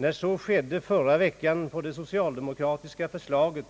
När så skedde förra veckan på det socialdemokratiska förslaget